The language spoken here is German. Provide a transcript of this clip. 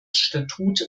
statut